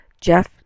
Jeff